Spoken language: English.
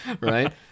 right